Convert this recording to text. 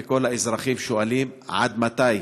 וכל האזרחים שואלים: עד מתי?